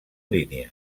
línia